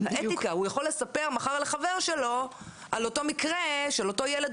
הוא יכול לספר מחר לחבר שלו על אותו מקרה של אותו ילד,